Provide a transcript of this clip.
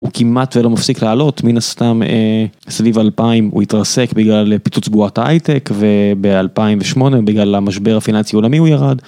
הוא כמעט ולא מפסיק לעלות מן הסתם סביב 2000 הוא התרסק בגלל פיצוץ בועת הייטק וב-2008 בגלל המשבר הפיננסי העולמי הוא ירד.